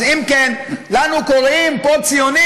אז אם כן, לנו קוראים פוסט-ציונים?